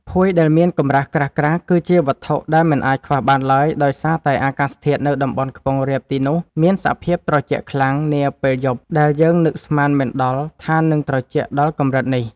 ភួយដែលមានកម្រាស់ក្រាស់ៗគឺជាវត្ថុដែលមិនអាចខ្វះបានឡើយដោយសារតែអាកាសធាតុនៅតំបន់ខ្ពង់រាបទីនោះមានសភាពត្រជាក់ខ្លាំងនាពេលយប់ដែលយើងនឹកស្មានមិនដល់ថានឹងត្រជាក់ដល់កម្រិតនេះ។